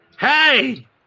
Hey